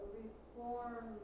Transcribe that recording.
reform